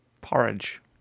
Porridge